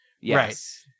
Yes